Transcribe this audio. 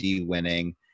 winning